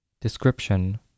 description